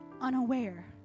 unaware